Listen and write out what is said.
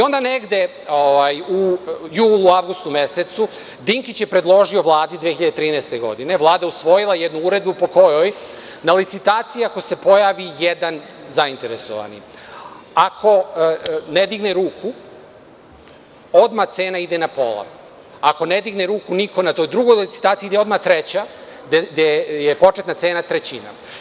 Onda negde u julu, avgustu mesecu Dinkić je predložio Vladi 2013. godine, Vlada je usvojila jednu uredbu po kojoj na licitaciji ako se pojavi jedan zainteresovani, ako ne digne ruku odmah cena ide na pola, ako ne digne ruku niko na toj drugoj licitaciji ide odmah treća gde je početna cena trećina.